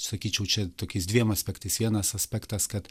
sakyčiau čia tokiais dviem aspektais vienas aspektas kad